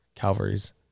Calvary's